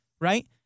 right